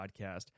podcast